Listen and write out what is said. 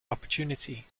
opportunity